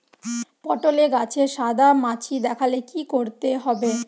পটলে গাছে সাদা মাছি দেখালে কি করতে হবে?